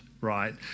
right